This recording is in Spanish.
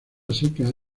seca